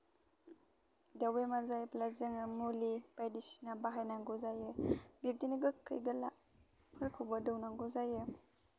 दाव बेमार जायोब्ला जोङो मुलि बायदिसिना बाहायनांगौ जायो बिब्दिनो गोखै गोलाफोरखौबो दौनांगौ जायो